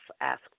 ask